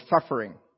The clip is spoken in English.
suffering